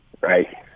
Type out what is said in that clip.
right